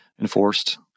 enforced